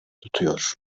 tutuyor